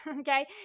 okay